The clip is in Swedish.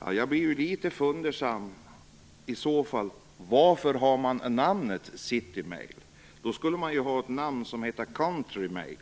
Jag blir då litet fundersam. Varför har man i så fall namnet City-Mail? Om det vore riktigt skulle man ju haft namnet Country-Mail!